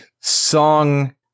song